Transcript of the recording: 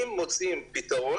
אם מוצאים פתרון,